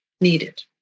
needed